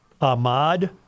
Ahmad